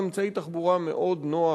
אמצעי תחבורה מאוד נוח,